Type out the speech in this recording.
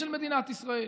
של מדינת ישראל,